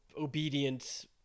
obedient